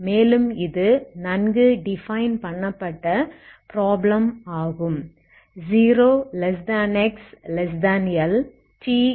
மேலும் இது நன்கு டிஃபைன் பண்ணப்பட்ட ப்ராப்ளம் ஆகும்